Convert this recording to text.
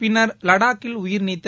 பின்னர் லடாக்கில் உயிர்நீத்த